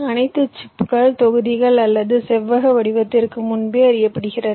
அனைத்து சிப்கள் தொகுதிகள் அல்லது செவ்வக வடிவத்திற்கு முன்பே அறியப்படுகிறது